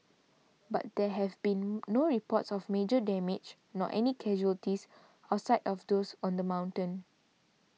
but there have been no reports of major damage nor any casualties outside of those on the mountain